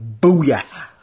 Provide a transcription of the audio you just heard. Booyah